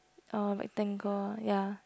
uh like thank god ya